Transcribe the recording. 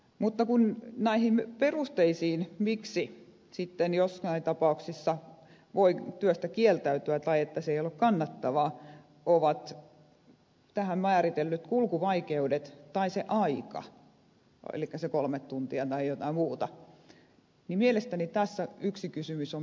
mutta kun näihin perusteisiin miksi sitten jossain tapauksissa voi työstä kieltäytyä tai se ei ole kannattavaa on tähän määritelty kulkuvaikeudet tai se aika elikkä se kolme tuntia tai jotain muuta niin mielestäni tässä yksi kysymys on myös raha